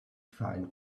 find